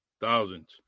thousands